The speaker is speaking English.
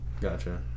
Gotcha